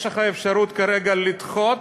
יש לך אפשרות כרגע לדחות,